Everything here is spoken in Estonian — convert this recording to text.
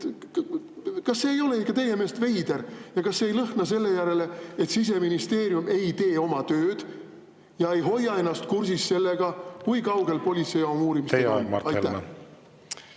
Kas see ei olegi teie meelest veider? Kas see ei lõhna selle järele, et Siseministeerium ei tee oma tööd ja ei hoia ennast kursis sellega, kui kaugel politsei … Aitäh! Ma võin öelda,